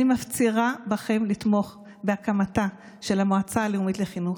אני מפצירה בכם לתמוך בהקמתה של המועצה הלאומית לחינוך.